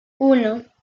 uno